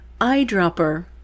eyedropper